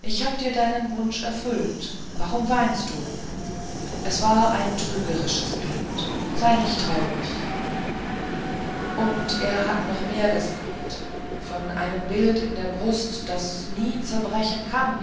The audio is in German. ich hab dir deinen wunsch erfüllt warum weinst du es war ein trügerisches bild sei nicht traurig und er hat noch mehr gesagt von einem bild in der brust das nie zerbrechen kann und